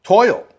Toil